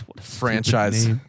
franchise